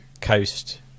coast